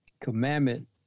commandment